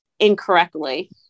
incorrectly